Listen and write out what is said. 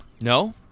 No